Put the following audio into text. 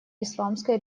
исламской